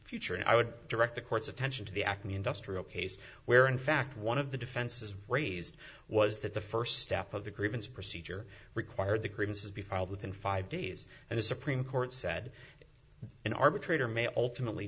future and i would direct the court's attention to the acme industrial case where in fact one of the defenses raised was that the first step of the grievance procedure required the grievances be filed within five days and the supreme court said an arbitrator may ultimately